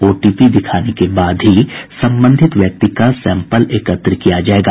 OTP दिखाने के बाद ही संबंधित व्यक्ति का सैम्पल एकत्र किया जायेगा